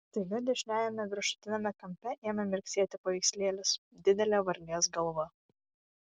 staiga dešiniajame viršutiniame kampe ėmė mirksėti paveikslėlis didelė varlės galva